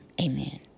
Amen